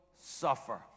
suffer